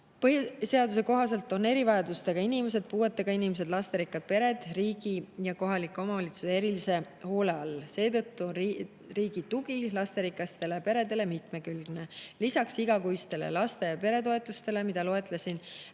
Põhiseaduse kohaselt on erivajadustega inimesed, puuetega inimesed ning lasterikkad pered riigi ja kohalike omavalitsuste erilise hoole all. Seetõttu on riigi tugi lasterikastele peredele mitmekülgne. Lisaks igakuistele lapse‑ ja peretoetustele, mida eelnevalt